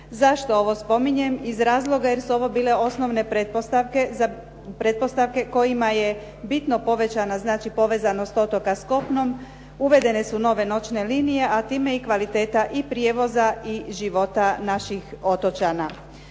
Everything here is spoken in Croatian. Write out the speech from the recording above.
Zašto ovo spominjem? Iz razloga jer su ovo bile osnovne pretpostavke kojima je bitno povećana povezanost otoka s kopnom, uvedene su nove noćne linije a time i kvaliteta i prijevoza i života naših otočana.